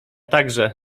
także